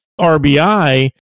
RBI